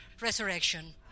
Resurrection